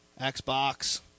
Xbox